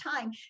time